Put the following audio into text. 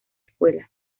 escuela